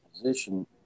position